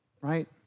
right